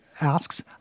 asks